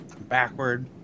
backward